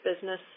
business